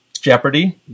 Jeopardy